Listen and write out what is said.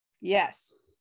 Yes